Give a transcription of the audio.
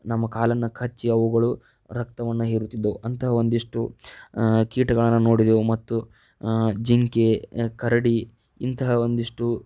ನಮ್ಮ ಕಾಲನ್ನ ಕಚ್ಚಿ ಅವುಗಳು ರಕ್ತವನ್ನು ಹೀರುತ್ತಿದ್ದವು ಅಂತಹ ಒಂದಿಷ್ಟು ಕೀಟಗಳನ್ನು ನೋಡಿದೆವು ಮತ್ತು ಜಿಂಕೆ ಕರಡಿ ಇಂತಹ ಒಂದಿಷ್ಟು